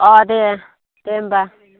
अह दे दे होनबा